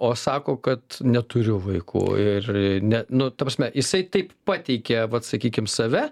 o sako kad neturi vaikų ir ne nu ta prasme jisai taip pateikė vat sakykim save